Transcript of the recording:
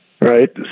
right